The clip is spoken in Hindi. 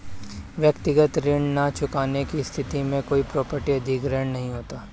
व्यक्तिगत ऋण न चुकाने की स्थिति में कोई प्रॉपर्टी अधिग्रहण नहीं होता